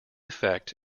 effect